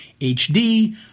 HD